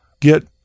get